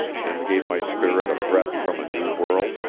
and gave my spirit a breath from a new world?